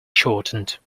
shortened